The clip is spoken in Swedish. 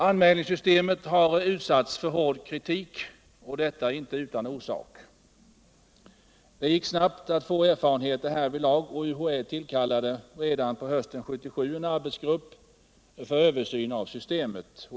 Anmiälningssystemet har utsatts för hård kritik, och det inte utan orsak. Det gick snabbt att få erfarenheter härvidlag, och UHÄ tillkallade redan hösten 1977 en arbetsgrupp för översyn av systemet.